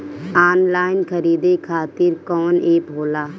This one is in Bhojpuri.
आनलाइन खरीदे खातीर कौन एप होला?